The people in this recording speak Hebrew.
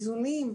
איזונים,